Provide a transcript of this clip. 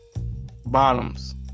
bottoms